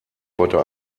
heute